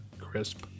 crisp